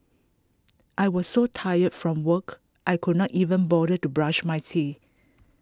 I was so tired from work I could not even bother to brush my teeth